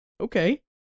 Okay